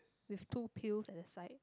with two pills at the side